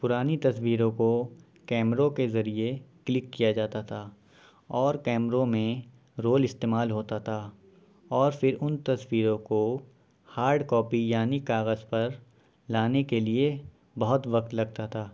پرانی تصویروں کو کیمروں کے ذریعے کلک کیا جاتا تھا اور کیمروں میں رول استعمال ہوتا تھا اور پھر ان تصویروں کو ہارڈ کاپی یعنی کاغذ پر لانے کے لیے بہت وقت لگتا تھا